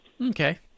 okay